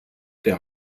der